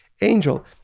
angel